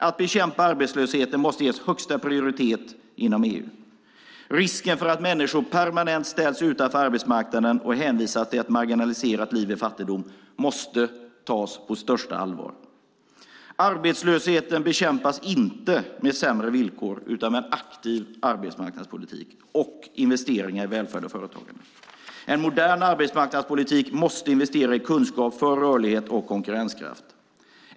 Att bekämpa arbetslösheten måste ges högsta prioritet inom EU. Risken för att människor permanent ställs utanför arbetsmarknaden och hänvisas till ett marginaliserat liv i fattigdom måste tas på största allvar. Arbetslösheten bekämpas inte med sämre villkor utan med en aktiv arbetsmarknadspolitik och investeringar i välfärd och företagande. En modern arbetsmarknadspolitik måste investera i kunskap för rörlighet och konkurrenskraft.